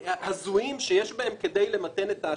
הזויים שיש בהם כדי למתן את האשמה?